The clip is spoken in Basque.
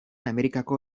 amerikako